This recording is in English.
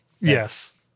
Yes